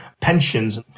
pensions